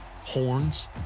horns